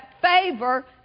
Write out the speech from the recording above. Favor